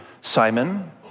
Simon